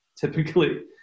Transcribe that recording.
typically